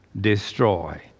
destroy